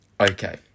Okay